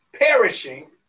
perishing